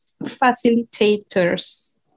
facilitators